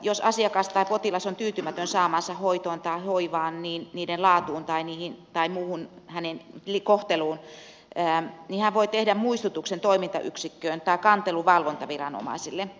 jos asiakas tai potilas on tyytymätön saamaansa hoitoon tai hoivaan niiden laatuun tai muuhun kohteluun niin hän voi tehdä muistutuksen toimintayksikköön tai kantelun valvontaviranomaisille